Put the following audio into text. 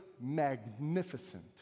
magnificent